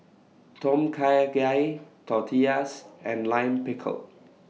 Tom Kha Gai Tortillas and Lime Pickle